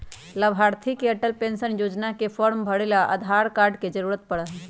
लाभार्थी के अटल पेन्शन योजना के फार्म भरे ला आधार कार्ड के जरूरत पड़ा हई